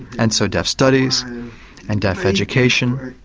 and so deaf studies and deaf education,